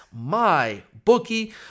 MyBookie